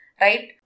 right